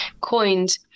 coined